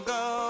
go